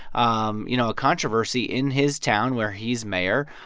um you know, a controversy in his town, where he's mayor,